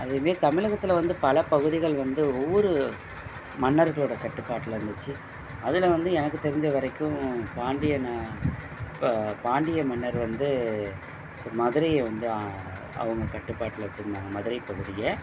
அதே மாரி தமிழகத்துல வந்து பலப் பகுதிகள் வந்து ஓவ்வொரு மன்னர்களோட கட்டுப்பாட்டில இருந்துச்சு அதில் வந்து எனக்குத் தெரிஞ்ச வரைக்கும் பாண்டிய நா இப்போ பாண்டிய மன்னர் வந்து ஸோ மதுரையை வந்து ஆ அவங்க கட்டுப்பாட்டில வச்சிருந்தாங்கள் மதுரைப் பகுதியை